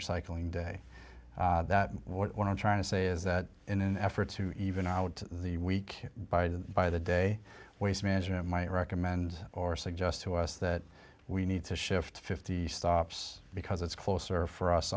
recycling day that what i'm trying to say is that in an effort to even out the week by the by the day waste management might recommend or suggest to us that we need to shift fifty stops because it's closer for us